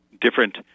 different